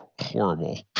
horrible